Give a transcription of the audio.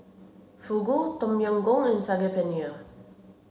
Fugu Tom Yam Goong and Saag Paneer